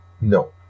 No